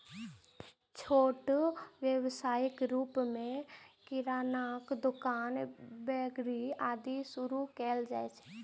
छोट व्यवसायक रूप मे किरानाक दोकान, बेकरी, आदि शुरू कैल जा सकैए